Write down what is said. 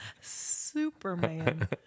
Superman